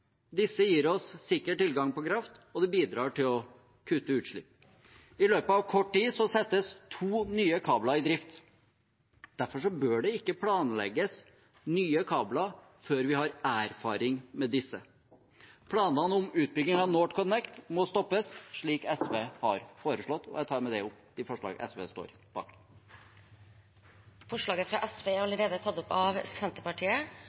Disse gir oss sikker tilgang på kraft, og det bidrar til å kutte utslipp. I løpet av kort tid settes to nye kabler i drift. Derfor bør det ikke planlegges nye kabler før vi har erfaring med disse. Planene om utbygging av NorthConnect må stoppes, slik SV har foreslått. Alt det representanten Lars Haltbrekken fra Sosialistisk Venstreparti sier om klimaløsninger og elektrifisering, er Venstre helt enig i. Og så lander SV